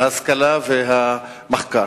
ההשכלה והמחקר.